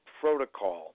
protocol